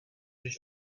než